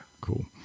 Cool